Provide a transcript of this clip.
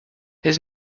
his